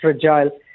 fragile